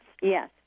Yes